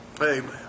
Amen